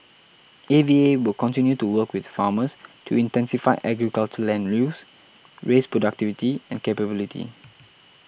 A V A will continue to work with farmers to intensify agriculture land use raise productivity and capability